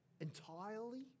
Entirely